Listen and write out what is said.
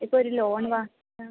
ഇപ്പോൾ ഒരു ലോൺ വാങ്ങാൻ